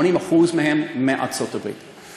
80% מהם מארצות הברית.